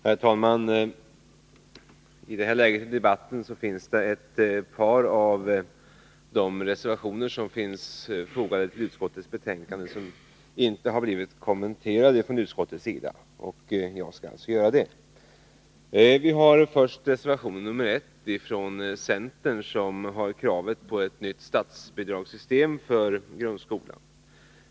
Herr talman! I detta läge i debatten har ett par av de reservationer som finns fogade till utskottets betänkande ännu inte kommenterats från utskottets sida. Jag skall göra det. Jag börjar med reservation 1 från centern, där kravet på ett nytt statsbidragssystem för grundskolan förs fram.